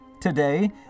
Today